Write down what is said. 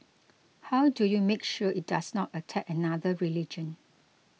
how do you make sure it does not attack another religion